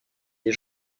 des